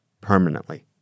permanently